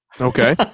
okay